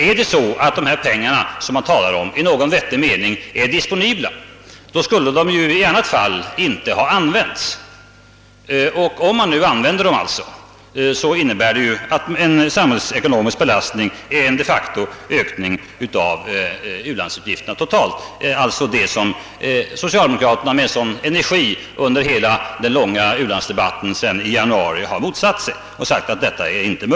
Är det så att de pengar som man talar om i någon vettig mening är disponibla, så skulle de ju i annat fall inte ha använts. Om man nu använder dem så innebär det ju en samhällsekonomisk belastning, de facto en ökning av ulandsutgifterna totalt, alltså just vad Bistånd till u-ländernå m: m. socialdemokraterna med sådan: energi under hela den långa u-landsdebatten sedan i januari har motsatt sig.'